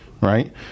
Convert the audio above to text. Right